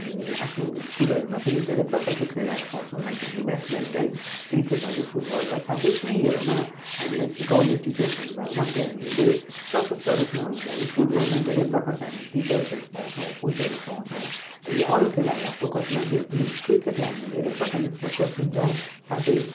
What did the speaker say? हामी आफ्नो स्कुलहरूमा पनि धेरै प्रकारको खेलाहरू पाउँछौँ लाइक हामी ब्याडमिन्टन क्रिकेट अनि फुटबल र साथै तीहरूमा हामीलाई सिकाउने टिचर्सहरूमा मध्ये हामीले प्रसस्त रूपमा हो भने हामी फुटबलमा धेरै प्रकारको हामी टिचर्सहरू पाउँछौँ कोचहरू पाउँछौँ हामी अरू खेलाहरूलाई फोकस नदिए पनि क्रिकेटलाई हामी धेरै प्रकारले फोकस दिन्छौँ साथै